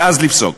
ואז לפסוק.